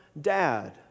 dad